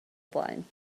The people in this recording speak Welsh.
oblaen